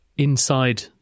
Inside